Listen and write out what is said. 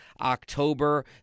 October